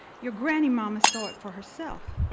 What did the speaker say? your granny-mama saw it for herself.